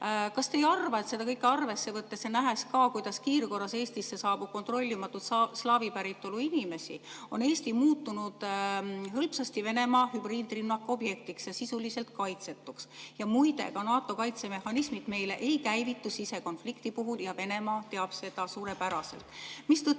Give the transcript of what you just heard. Kas te ei arva, et seda kõike arvesse võttes ja nähes, kuidas Eestisse saabub kiirkorras kontrollimatult slaavi päritolu inimesi, on Eesti muutunud hõlpsasti Venemaa hübriidrünnaku objektiks ja sisuliselt kaitsetuks? Ja muide, ka NATO kaitsemehhanismid meile ei käivitu sisekonflikti puhul ning Venemaa teab seda suurepäraselt, mistõttu